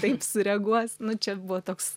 taip sureaguos nu čia buvo toks